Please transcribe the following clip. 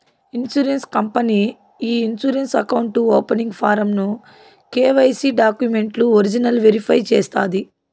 insurance company ఈ insurance account opening form ను KYC డాక్యుమెంట్లు ఒరిజినల్ వెరిఫై చేస్తాది